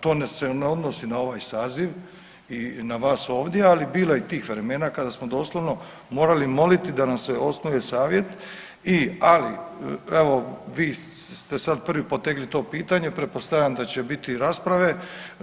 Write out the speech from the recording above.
To se ne odnosi na ovaj saziv i na vas ovdje, ali bilo je i tih vremena kada smo doslovno morali moliti da nam se osnuje Savjet i, ali evo vi ste sad prvi potegli to pitanje, pretpostavljam da će biti i rasprave,